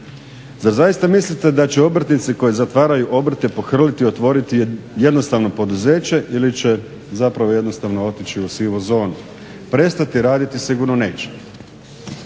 Zar zaista mislite da će obrtnici koji zatvaraju obrte pohrliti otvoriti jednostavno poduzeća ili će zapravo jednostavno otići u sivu zonu. Prestati raditi sigurno neće.